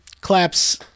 claps